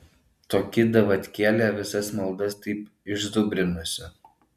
toki davatkėlė visas maldas taip išzubrinusi